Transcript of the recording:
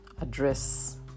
address